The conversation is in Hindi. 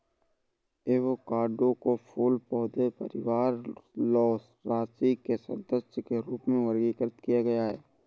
एवोकाडो को फूल पौधे परिवार लौरासी के सदस्य के रूप में वर्गीकृत किया गया है